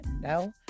no